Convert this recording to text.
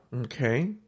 okay